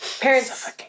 Parents